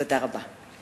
תודה רבה.